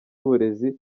uburezi